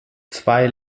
zwei